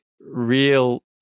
real